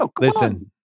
listen